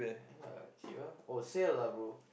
ya cheap ah oh sale ah bro